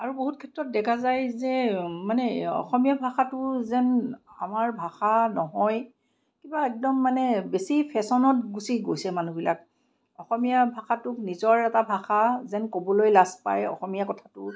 আৰু বহুত ক্ষেত্ৰত দেখা যায় যে মানে অসমীয়া ভাষাটোৰ যেন আমাৰ ভাষা নহয় কিবা একদম মানে বেছি ফেচনত গুচি গৈছে মানুহবিলাক অসমীয়া ভাষাটোক নিজৰ এটা ভাষা যেন ক'বলৈ লাজ পায় অসমীয়া কথাটো